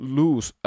lose